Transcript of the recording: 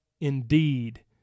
indeed